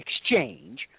exchange